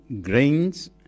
grains